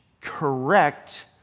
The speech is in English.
correct